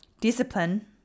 discipline